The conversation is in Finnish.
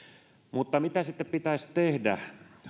mutta mitä sitten pitäisi tehdä